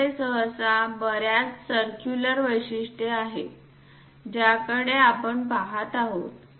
आपल्याकडे सहसा बर्याच सर्क्युलर वैशिष्ट्ये आहेत ज्याकडे आपण पाहत आहोत